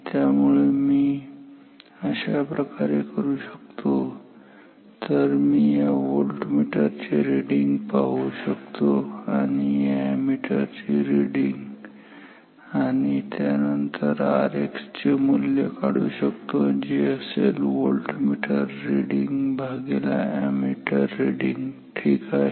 त्यामुळे मी अशा प्रकारे करू शकतो मी या व्होल्टमीटर ची रिडींग पाहू शकतो आणि या अॅमीटर ची रिडींग आणि त्यानंतर Rx चे मूल्य काढू शकतो जे असेल व्होल्टमीटर रिडींग भागेला अॅमीटर रिडींग ठीक आहे